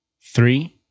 three